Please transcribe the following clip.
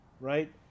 right